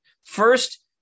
first